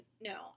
no